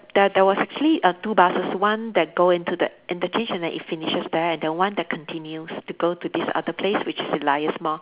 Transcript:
there there was actually err two buses one that go into the interchange and then it finishes there and then one that continues to go to this other place which is Elias mall